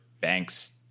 banks